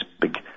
big